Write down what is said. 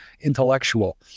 intellectual